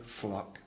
flock